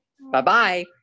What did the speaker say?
Bye-bye